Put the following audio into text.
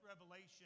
revelation